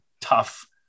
tough